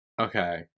Okay